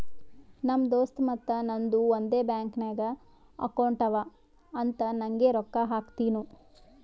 ನಮ್ ದೋಸ್ತ್ ಮತ್ತ ನಂದು ಒಂದೇ ಬ್ಯಾಂಕ್ ನಾಗ್ ಅಕೌಂಟ್ ಅವಾ ಅಂತ್ ನಂಗೆ ರೊಕ್ಕಾ ಹಾಕ್ತಿನೂ